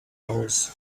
hours